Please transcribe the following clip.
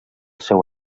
seu